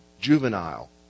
juvenile